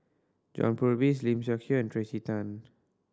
John Purvis Lim Seok Hui and Tracey Tan